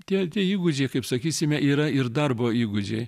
tie tie įgūdžiai kaip sakysime yra ir darbo įgūdžiai